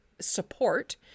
support